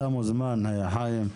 אתה מוזמן, חיים,